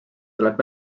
tuleb